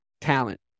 talent